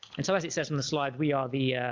and so as it says on the slide we are the